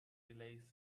relays